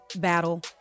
battle